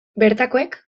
bertakoek